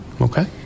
Okay